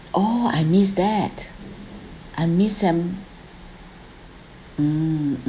oh I miss that I miss sam mm